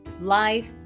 life